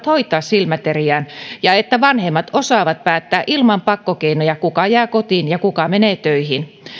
hoitaa silmäteriään ja että vanhemmat osaavat päättää ilman pakkokeinoja kuka jää kotiin ja kuka menee töihin